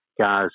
guys